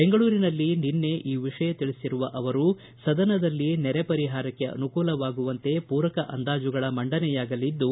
ಬೆಂಗಳೂರಿನಲ್ಲಿ ನಿನ್ನೆ ಈ ವಿಷಯ ತಿಳಿಸಿರುವ ಅವರು ಸದನದಲ್ಲಿ ನೆರೆ ಪರಿಹಾರಕ್ಕೆ ಅನುಕೂಲವಾಗುವಂತೆ ಪೂರಕ ಅಂದಾಜುಗಳ ಮಂಡನೆಯಾಗಲಿದ್ದು